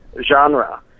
genre